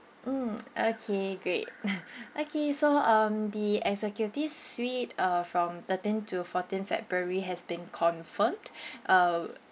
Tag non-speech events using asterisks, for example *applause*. mm okay great *laughs* okay so um the executive suite uh from thirteen to fourteen february has been confirmed *breath* uh